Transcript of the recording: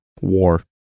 War